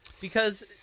because-